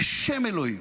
בשם אלוהים,